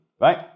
right